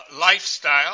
lifestyle